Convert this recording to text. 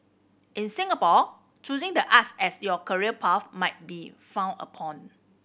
in Singapore choosing the arts as your career path might be frowned upon